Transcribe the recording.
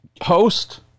host